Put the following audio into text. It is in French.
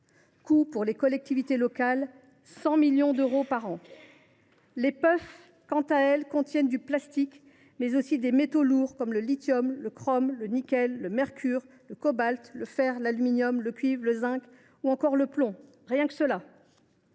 coût, pour les collectivités locales, de 100 millions d’euros par an. Les puffs, quant à elles, contiennent du plastique, mais aussi des métaux lourds, comme le lithium, le chrome, le nickel, le mercure, le cobalt, le fer, l’aluminium, le cuivre, le zinc ou encore le plomb – rien que cela